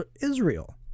Israel